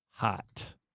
Hot